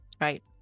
right